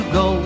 go